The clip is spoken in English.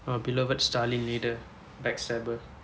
our beloved stalin leader like saber